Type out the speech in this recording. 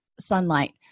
sunlight